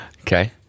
Okay